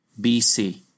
BC